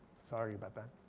sorry about that.